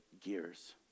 gears